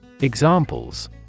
Examples